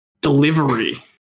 delivery